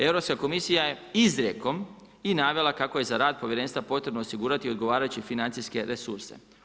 Europska komisija je izrijekom i navela kako je za rad povjerenstva potrebno osigurati odgovarajuće financijske resurse.